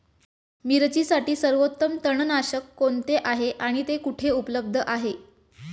मिरचीसाठी सर्वोत्तम तणनाशक कोणते आहे आणि ते कुठे उपलब्ध आहे?